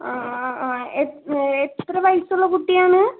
ആ ആ ആ എ എത്ര വയസ്സുള്ള കുട്ടിയാണ്